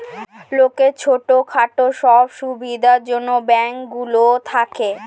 লোকের ছোট খাটো সব সুবিধার জন্যে ব্যাঙ্ক গুলো থাকে